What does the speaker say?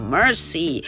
Mercy